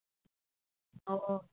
ᱚ